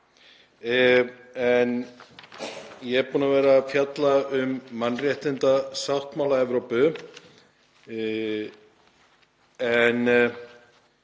Ég er búinn að vera að fjalla um mannréttindasáttmála Evrópu og